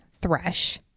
Thresh